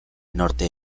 norte